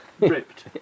ripped